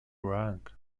rank